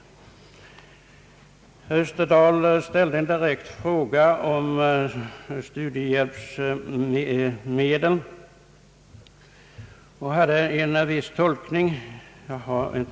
Herr Österdahl ställde en direkt fråga om studiehjälpsmedel. Han hade en viss tolkning på denna punkt.